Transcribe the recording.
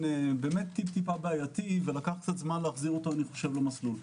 טיפה בעייתי ולקח זמן להחזיר למסלול.